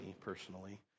personally